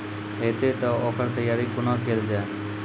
हेतै तअ ओकर तैयारी कुना केल जाय?